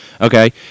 Okay